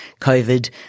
COVID